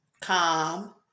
calm